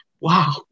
wow